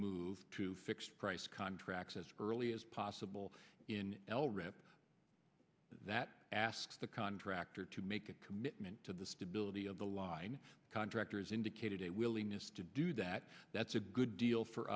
move to fixed price contracts as early as possible in l ramp that asks the contractor to make a commitment to the stability of the line contractors indicated a willingness to do that that's a good deal for